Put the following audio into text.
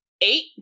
eight